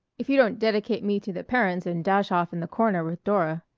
if you don't dedicate me to the parents and dash off in the corner with dora.